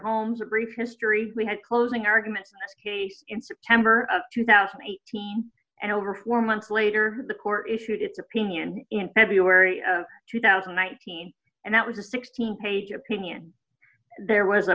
holmes a brief history we had closing argument in september of two thousand and eighteen and over four months later the court issued its opinion in february of two thousand nine hundred and that was a sixteen page opinion there was a